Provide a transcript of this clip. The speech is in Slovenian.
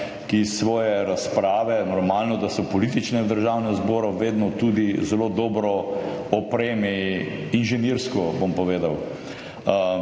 ki svoje razprave, normalno, da so politične, v Državnem zboru vedno tudi zelo dobro opremi, inženirsko, bom povedal.